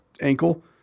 ankle